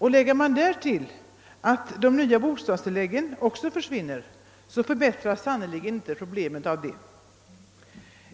Lägger man därtill, att också de nya bostadstilläggen försvinner, förbättras sannerligen inte problemet.